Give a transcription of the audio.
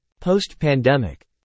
Post-pandemic